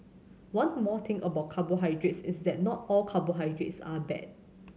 one more thing about carbohydrates is that not all carbohydrates are bad